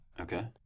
Okay